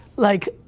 like,